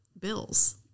bills